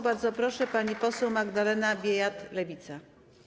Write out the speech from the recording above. Bardzo proszę, pani poseł Magdalena Biejat, Lewica.